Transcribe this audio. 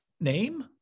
name